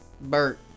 Bert